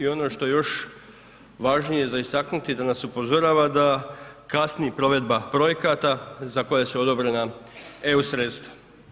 I ono što je još važnije za istaknuti da nas upozorava da kasni provedba projekata za koje su odobrena EU sredstva.